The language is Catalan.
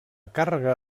càrrega